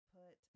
put